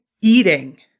eating